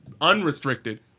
unrestricted